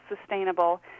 sustainable